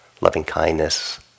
loving-kindness